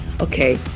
okay